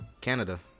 Canada